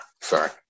Sorry